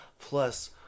Plus